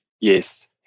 yes